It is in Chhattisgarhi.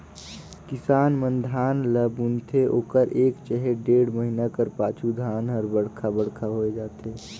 किसान मन धान ल बुनथे ओकर एक चहे डेढ़ महिना कर पाछू धान हर बड़खा बड़खा होए जाथे